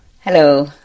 Hello